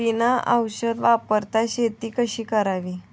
बिना औषध वापरता शेती कशी करावी?